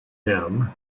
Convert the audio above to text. him